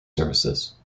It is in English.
services